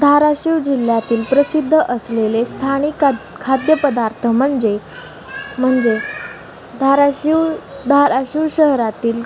धाराशिव जिल्ह्यातील प्रसिद्ध असलेले स्थानिक खाद् खाद्यपदार्थ म्हणजे म्हणजे धाराशिव धाराशिव शहरातील